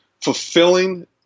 fulfilling